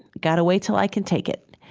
gotta wait til i can take it.